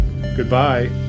Goodbye